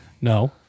No